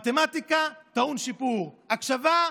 מתמטיקה, טעון שיפור, הקשבה,